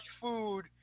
food